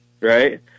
right